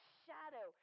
shadow